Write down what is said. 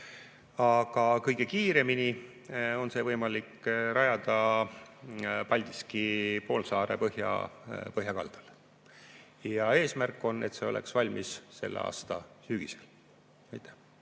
aga kõige kiiremini on võimalik see rajada Paldiski poolsaare põhjakaldale. Eesmärk on, et see oleks valmis selle aasta sügisel. Aitäh!